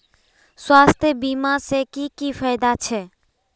स्वास्थ्य बीमा से की की फायदा छे?